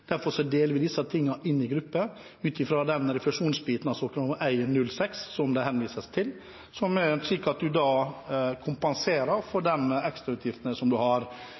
Derfor deler vi disse tingene inn i grupper ut fra den refusjonsbiten, altså 1,06 kr, som det henvises til, som er slik at man kompenserer for de ekstrautgiftene man har.